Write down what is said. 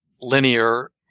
linear